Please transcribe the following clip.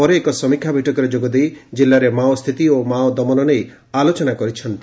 ପରେ ଏକ ସମୀକ୍ଷା ବୈଠକରେ ଯୋଗ ଦେଇ ଜିଲ୍ଲାରେ ମାଓ ସ୍ଥିତି ଓ ମାଓ ଦମନ ନେଇ ଆଲୋଚନା କରିଛନ୍ତି